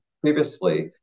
previously